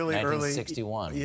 1961